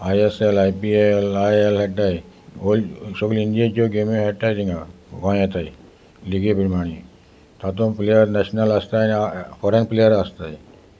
I I S L I P L I A L खेळटाय सगळे इंडिये गेमी खेळटाय तिगां गोंयेताय लिगे प्रमाणे तातूंत प्लेयर नॅशनल आसाय आनी फॉरेन प्लेयर आसताय